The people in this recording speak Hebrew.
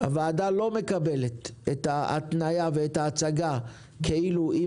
הוועדה לא מקבלת את ההתניה ואת ההצגה כאילו לו